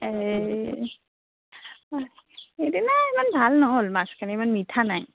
সিদিনা ইমান ভাল নহ'ল মাছখিনি ইমান মিঠা নাই